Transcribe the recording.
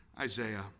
Isaiah